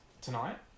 tonight